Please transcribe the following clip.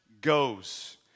goes